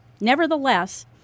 Nevertheless